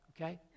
Okay